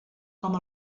com